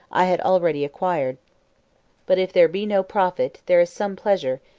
i had already acquired but, if there be no profit, there is some pleasure,